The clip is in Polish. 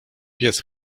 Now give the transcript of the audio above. pies